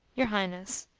your highness,